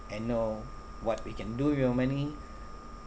and know what we can do with your money